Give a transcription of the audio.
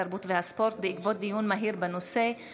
התרבות והספורט בעקבות דיון מהיר בהצעתו של חבר הכנסת